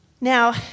Now